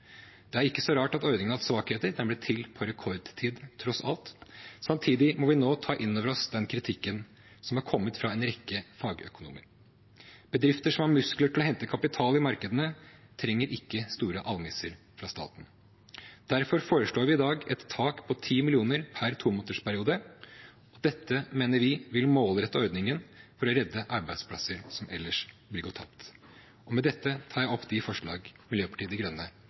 Det er ikke så rart at ordningen har hatt svakheter, den har tross alt blitt til på rekordtid. Samtidig må vi nå ta inn over oss den kritikken som har kommet fra en rekke fagøkonomer. Bedrifter som har muskler til å hente kapital i markedene, trenger ikke store almisser fra staten. Derfor foreslår vi i dag et tak på 10 mill. kr per tomånedersperiode. Dette mener vi vil målrette ordningen, for å redde arbeidsplasser som ellers ville gått tapt. Med dette tar jeg opp de forslag Miljøpartiet De Grønne